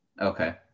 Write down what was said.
Okay